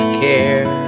care